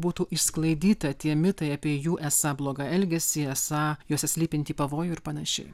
būtų išsklaidyta tie mitai apie jų esą blogą elgesį esą juose slypintį pavojų ir panašiai